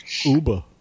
Uber